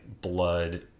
blood